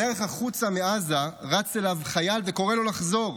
בדרך החוצה מעזה רץ אליו חייל וקורא לו לחזור.